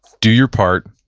do your part,